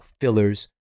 fillers